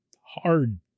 hard